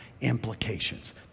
implications